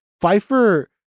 Pfeiffer